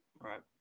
Right